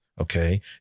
Okay